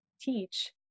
teach